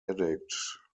edict